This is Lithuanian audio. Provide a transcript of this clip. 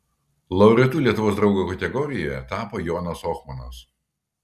laureatu lietuvos draugo kategorijoje tapo jonas ohmanas